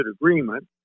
agreement